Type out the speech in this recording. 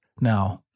Now